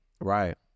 Right